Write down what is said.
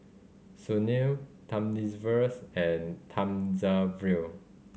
Sunil Thamizhavels and Thamizhavel